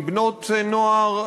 מבנות-נוער,